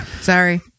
Sorry